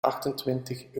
achtentwintig